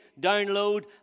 download